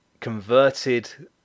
converted